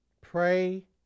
Pray